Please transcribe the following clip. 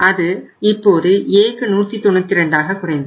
அது இப்போது Aக்கு 192 ஆகக்குறைந்தது